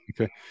Okay